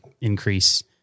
increase